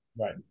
Right